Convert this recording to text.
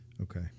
Okay